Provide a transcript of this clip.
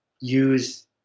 use